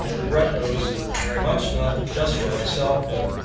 regret those very much, not just for myself but